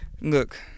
look